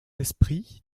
esprit